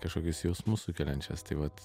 kažkokius jausmus sukeliančias tai vat